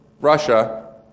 Russia